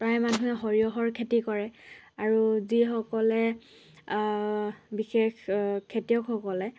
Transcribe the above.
প্ৰায় মানুহে সৰিয়হৰ খেতি কৰে আৰু যিসকলে বিশেষ খেতিয়কসকলে